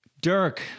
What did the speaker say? Dirk